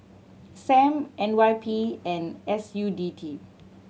Sam N Y P and S U T D